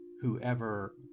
whoever